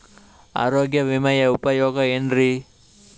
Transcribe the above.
ಆರೋಗ್ಯ ವಿಮೆಯ ಉಪಯೋಗ ಏನ್ರೀ?